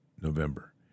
November